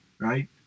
right